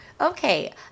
Okay